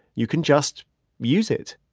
you can just use it.